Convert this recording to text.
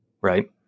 right